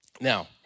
Now